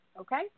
okay